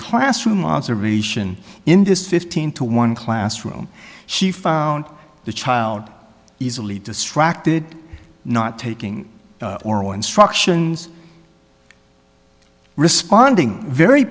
classroom observation in this fifteen to one classroom she found the child easily distracted not taking oral instructions responding very